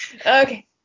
okay